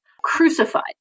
crucified